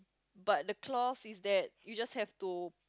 but the clause is that you just have to